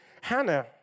Hannah